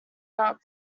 out